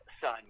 son